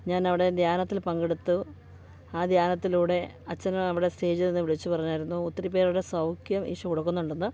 ഞാൻ അവിടെ ധ്യാനത്തിൽ പങ്കെടുത്തു ആ ധ്യാനത്തിലൂടെ അച്ഛൻ അവിടെ സ്റ്റേജീന്ന് വിളിച്ച് പറഞ്ഞായിരുന്നു ഒത്തിരിപേരുടെ സൗഖ്യം ഈശോ കൊടുക്കുന്നുണ്ടെന്ന്